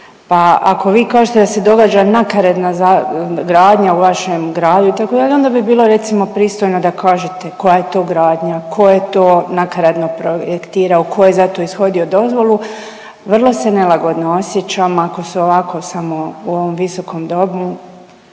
pa ako vi kažete da se događa nakaradna gradnja u vašem gradu itd. onda bi bilo recimo pristojno da kažete koja je to gradnja, tko je to nakaradno projektirao, tko je za to ishodio dozvolu. Vrlo se nelagodno osjećam ako se ovako samo u ovom Visokom domu